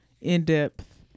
in-depth